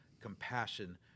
compassion